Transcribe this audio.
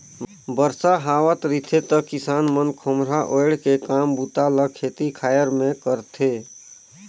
बरसा हावत रिथे त किसान मन खोम्हरा ओएढ़ के काम बूता ल खेती खाएर मे करथे